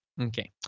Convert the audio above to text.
Okay